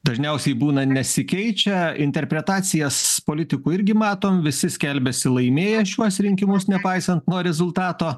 dažniausiai būna nesikeičia interpretacijas politikų irgi matom visi skelbiasi laimėję šiuos rinkimus nepaisant nuo rezultato